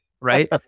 right